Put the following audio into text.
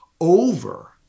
over